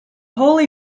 holy